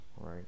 right